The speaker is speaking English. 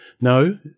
No